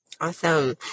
Awesome